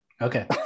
Okay